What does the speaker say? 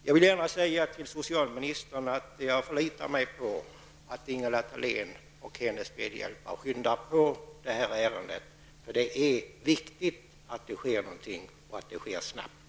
Jag förlitar mig på att Ingela Thalén och hennes medhjälpare skyndar på ärendet. Det är viktigt att det sker något och att det sker snabbt.